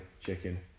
chicken